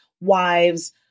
wives